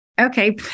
Okay